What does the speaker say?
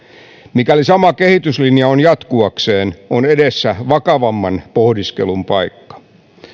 mikäli sama kehityslinja on jatkuakseen on edessä vakavamman pohdiskelun paikka